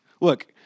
look